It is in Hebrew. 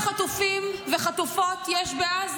100 חטופים וחטופות יש בעזה.